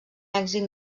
èxit